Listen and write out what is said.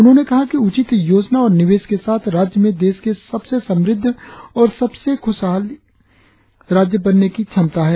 उन्होंने कहा कि उचित योजना और निवेश के साथ राज्य में देश के सबसे समृद्ध और सबसे खुशहाली राज्य बनने की क्षमता है